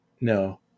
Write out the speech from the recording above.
No